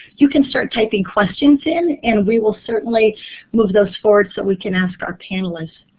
you can start typing questions in. and we will certainly move those forward so we can ask our panelists.